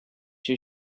she